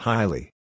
Highly